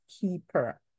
keeper